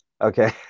okay